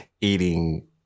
eating